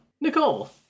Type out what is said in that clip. nicole